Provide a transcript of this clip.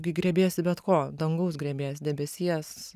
kai griebiesi bet ko dangaus griebies debesies